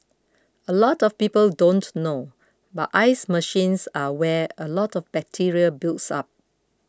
a lot of people don't know but ice machines are where a lot of bacteria builds up